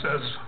says